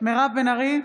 מירב בן ארי,